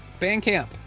Bandcamp